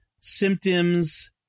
symptoms